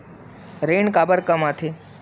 ऋण काबर कम आथे?